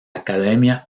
academia